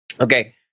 okay